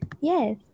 Yes